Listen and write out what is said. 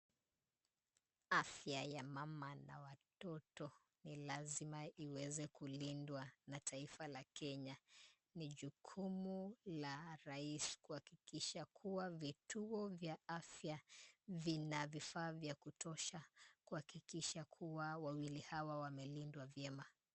Afya ya mama na watoto, ni lazima iweze kulindwa na taifa la Kenya. Ni jukumu la rais, kuhakikisha kuwa vituo vya afya, vina vifaa vya kutosha kuhakikisha kuwa wawili hawa wamelindwa vyema.